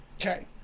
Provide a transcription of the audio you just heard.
Okay